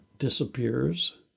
disappears